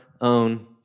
own